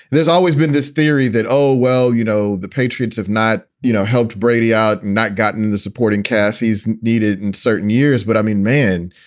there's always been this theory that, oh, well, you know, the patriots have not, you know, helped brady out, not gotten the supporting cast he's needed in certain years. but i mean, man,